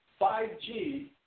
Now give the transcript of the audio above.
5G